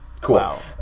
Cool